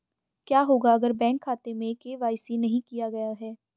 क्या होगा अगर बैंक खाते में के.वाई.सी नहीं किया गया है?